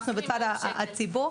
אנחנו בצד הציבור.